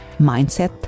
Mindset